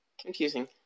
confusing